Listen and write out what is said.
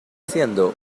siendo